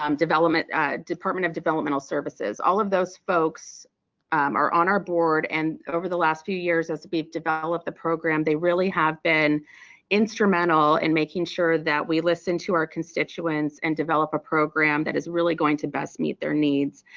um department of developmental services. all of those folks are on our board and over the last few years as we've develop the program they really have been instrumental in making sure that we listen to our constituents and develop a program that is really going to best meet their needs.